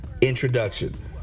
introduction